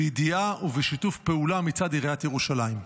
בידיעה ובשיתוף פעולה מצד עיריית ירושלים.